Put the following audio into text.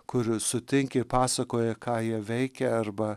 kur sutinki ir pasakoja ką jie veikia arba